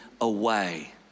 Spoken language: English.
away